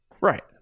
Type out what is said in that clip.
right